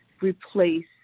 replace